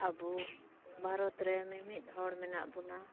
ᱟᱵᱚ ᱵᱷᱟᱨᱚᱛ ᱨᱮ ᱢᱤᱢᱤᱫ ᱦᱚᱲ ᱢᱮᱱᱟᱜ ᱵᱚᱱᱟ